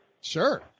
Sure